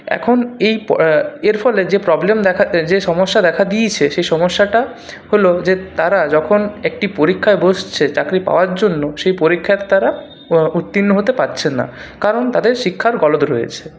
এখন এই এর ফলে যে প্রবলেম দেখা যে সমস্যা দেখা দিয়েছে সেই সমস্যাটা হল যে তারা যখন একটি পরীক্ষায় বসছে চাকরি পাওয়ার জন্য সেই পরীক্ষায় তারা উত্তীর্ণ হতে পারছে না কারণ তাদের শিক্ষায় গলদ রয়েছে